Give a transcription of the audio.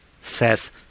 Says